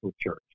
church